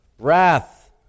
wrath